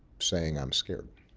saying i'm scared.